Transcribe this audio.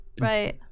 Right